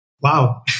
Wow